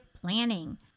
Planning